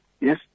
yes